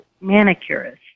manicurist